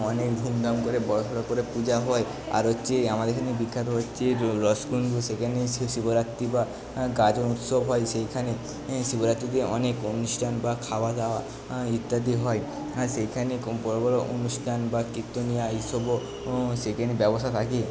অনেক ধুমধাম করে বড়োসড়ো করে পূজা হয় আর হচ্ছে আমাদের এখানে বিখ্যাত হচ্ছে রসকুণ্ড সেখানে সে শিবরাত্রি বা গাজন উৎসব হয় সেইখানে শিবরাত্রিতে অনেক অনুষ্ঠান বা খাওয়াদাওয়া ইত্যাদি হয় সেইখানে খুব বড়ো বড়ো অনুষ্ঠান বা কীর্তনীয়া এইসবও সেইখানে ব্যবস্থা থাকে